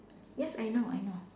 yes I know I know